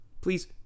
Please